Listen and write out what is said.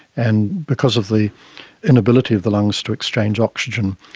and because of the inability of the lungs to exchange oxygen,